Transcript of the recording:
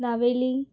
Navelim